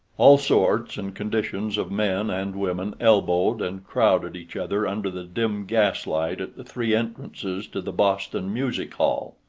all sorts and conditions of men and women elbowed and crowded each other under the dim gaslight at the three entrances to the boston music hall.